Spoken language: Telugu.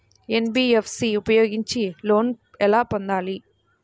ఎన్.బీ.ఎఫ్.సి ఉపయోగించి లోన్ ఎలా పొందాలి?